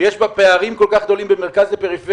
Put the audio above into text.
ויש בה פערים כל כך גדולים בין מרכז לפריפריה,